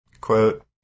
quote